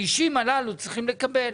שהאישים הללו צריכים לקבל,